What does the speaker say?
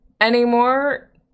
anymore